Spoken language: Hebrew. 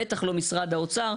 בטח לא משרד האוצר.